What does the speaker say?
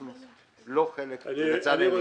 אנחנו לא חלק, לצערנו.